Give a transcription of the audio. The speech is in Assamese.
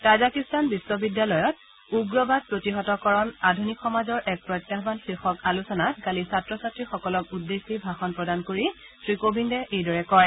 তাজাকিস্তান বিশ্ববিদ্যালয়ত উগ্ৰবাদ প্ৰতিহতকৰণ আধুনিক সমাজৰ এক প্ৰত্যাহান শীৰ্ষক আলোচনাত কালি ছাত্ৰ ছাত্ৰীসকলক উদ্দেশ্যি ভাষণ প্ৰদান কৰি শ্ৰীকোবিন্দে এইদৰে কয়